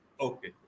okay